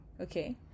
okay